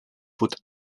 faut